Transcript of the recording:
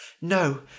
No